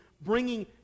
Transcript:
bringing